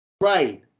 Right